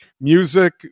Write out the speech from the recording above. music